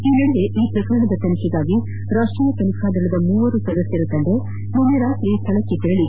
ಈ ನಡುವೆ ಈ ಪ್ರಕರಣದ ತನಿಖೆಗಾಗಿ ರಾಷ್ಟೀಯ ತನಿಖಾ ದಳದ ಮೂವರು ಸದಸ್ಕರ ತಂಡ ನಿನ್ನೆ ರಾತ್ರಿ ಸ್ಥಳಕ್ಕೆ ತೆರಳಿ